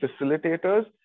facilitators